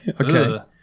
Okay